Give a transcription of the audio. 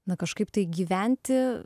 na kažkaip tai gyventi